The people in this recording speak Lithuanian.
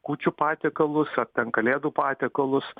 kūčių patiekalus ar ten kalėdų patiekalus